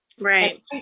right